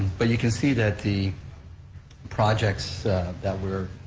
but you can see that the projects that we're,